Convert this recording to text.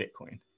bitcoin